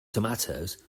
tomatoes